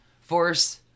force